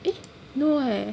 eh no eh